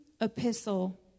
Epistle